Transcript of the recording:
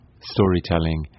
storytelling